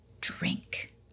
drink